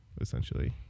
essentially